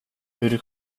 hur